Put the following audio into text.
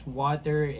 water